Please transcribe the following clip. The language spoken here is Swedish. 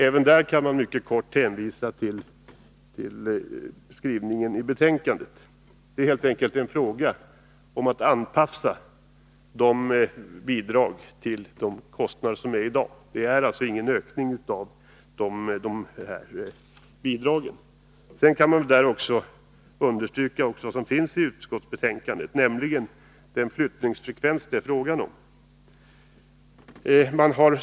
Även där kan man mycket kort hänvisa till skrivningen i betänkandet. Det är helt enkelt en fråga om att anpassa bidragen till de kostnader som gäller i dag. Det är alltså inte någon ökning av de här bidragen. Jag kan också som i utskottsbetänkandet peka på den flyttningsfrekvens som det handlar om.